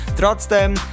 Trotzdem